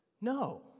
No